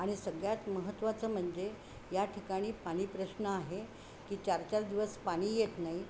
आणि सगळ्यात महत्त्वाचं म्हणजे या ठिकाणी पाणी प्रश्न आहे की चार चार दिवस पाणी येत नाही